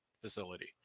facility